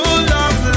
love